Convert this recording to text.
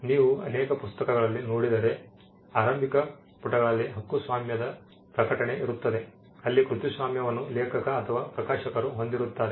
ನೀವು ಅನೇಕ ಪುಸ್ತಕಗಳಲ್ಲಿ ನೋಡಿದರೆ ಆರಂಭಿಕ ಪುಟಗಳಲ್ಲಿ ಹಕ್ಕುಸ್ವಾಮ್ಯ ಪ್ರಕಟಣೆ ಇರುತ್ತದೆ ಅಲ್ಲಿ ಕೃತಿಸ್ವಾಮ್ಯವನ್ನು ಲೇಖಕ ಅಥವಾ ಪ್ರಕಾಶಕರು ಹೊಂದಿರುತ್ತಾರೆ